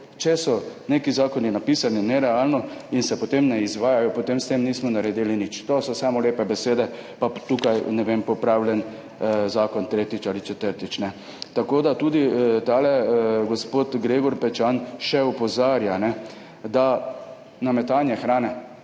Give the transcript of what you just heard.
če so neki zakoni napisani nerealno in se potem ne izvajajo, potem s tem nismo naredili nič, to so samo lepe besede, pa tukaj popravljen zakon tretjič ali četrtič. Tudi tale gospod Gregor Pečan še opozarja na metanje hrane.